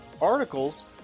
articles